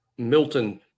Milton